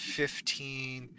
fifteen